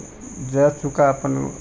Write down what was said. ज्या चुका आपण